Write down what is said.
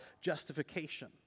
justification